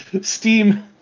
Steam